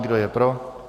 Kdo je pro?